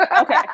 Okay